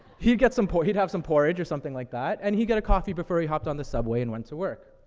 get some por he'd have some porridge or something like that, and he'd get a coffee before he'd hopped on the subway and went to work.